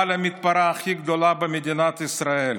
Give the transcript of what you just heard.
בעל המתפרה הכי גדולה במדינת ישראל,